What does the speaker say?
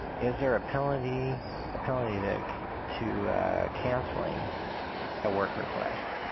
is there a penalty a penalty to to canceling a work request?